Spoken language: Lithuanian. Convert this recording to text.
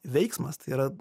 veiksmas tai yra